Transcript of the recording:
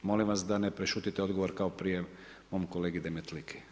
Molim vas da ne prešutite odgovor kao prije mom kolegi Demetliki.